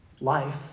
life